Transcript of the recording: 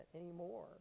anymore